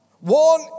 One